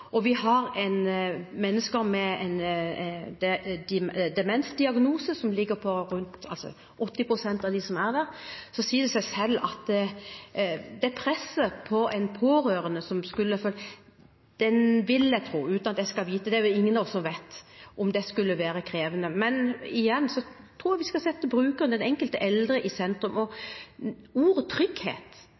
rundt 80 pst. av dem som er der, er mennesker med en demensdiagnose, sier det seg selv at presset på en pårørende er krevende – vil jeg tro, uten at jeg vet det, det er det ingen av oss som vet. Men igjen: Jeg tror vi skal sette brukeren, den enkelte eldre, i sentrum. Ordet